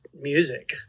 music